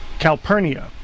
Calpurnia